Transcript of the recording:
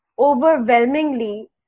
Overwhelmingly